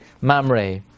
Mamre